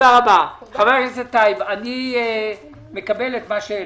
חבר הכנסת טייב, אני מקבל את מה שהעלית.